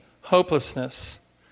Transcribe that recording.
hopelessness